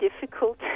difficult